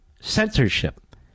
Censorship